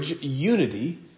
unity